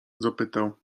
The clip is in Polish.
zapytał